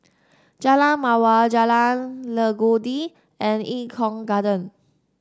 Jalan Mawar Jalan Legundi and Eng Kong Garden